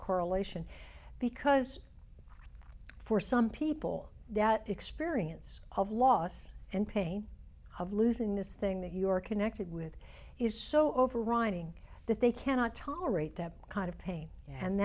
correlation because for some people that experience of loss and pain of losing this thing that you're connected with is so overriding that they cannot tolerate that kind of pain and